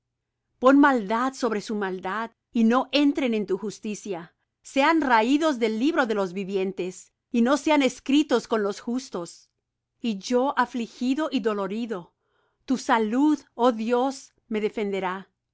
pon maldad sobre su maldad y no entren en tu justicia sean raídos del libro de los vivientes y no sean escritos con los justos y yo afligido y dolorido tu salud oh dios me defenderá